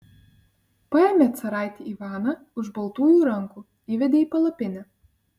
paėmė caraitį ivaną už baltųjų rankų įvedė į palapinę